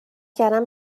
کردم